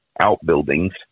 outbuildings